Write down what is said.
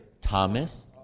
Thomas